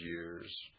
years